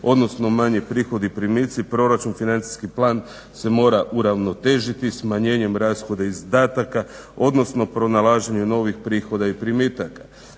odnosno manje prihodi i primici proračun financijski plan se mora uravnotežiti smanjenjem rashoda izdataka odnosno pronalaženju novih prihoda i primitaka.